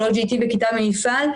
של OGT וכיתה במפעל,